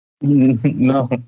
No